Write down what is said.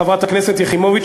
חברת הכנסת יחימוביץ,